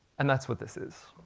and that's what this is.